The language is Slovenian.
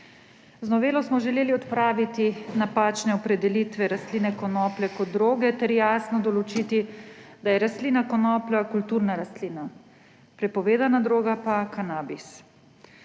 Z novelo smo želeli odpraviti napačne opredelitve rastline konoplja kot droge ter jasno določiti, da je rastlina konoplja kulturna rastlina, prepovedana droga pa kanabis.